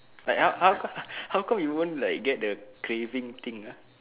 like how how how come you won't get the craving thing uh